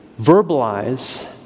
verbalize